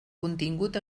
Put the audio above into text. contingut